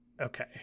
Okay